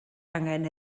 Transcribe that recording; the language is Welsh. angen